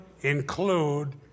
include